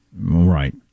Right